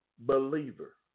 Believer